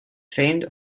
famed